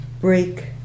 break